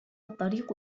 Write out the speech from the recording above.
الطريق